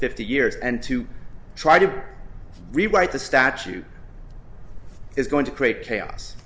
fifty years and to try to rewrite the statute is going to create chaos